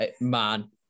man